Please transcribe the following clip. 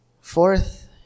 Fourth